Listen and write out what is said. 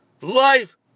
life